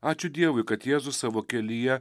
ačiū dievui kad jėzus savo kelyje